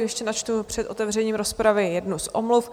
Ještě načtu před otevřením rozpravy jednu z omluv.